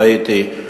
ראיתי,